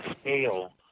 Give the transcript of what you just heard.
scale